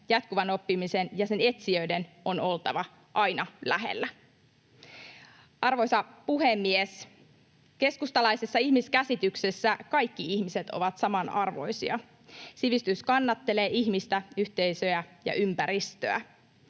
Jatkuvan oppimisen ja sen etsijöiden on oltava aina lähellä. Arvoisa puhemies! Keskustalaisessa ihmiskäsityksessä kaikki ihmiset ovat samanarvoisia. Sivistys kannattelee ihmistä, yhteisöjä ja ympäristöä.